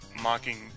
mocking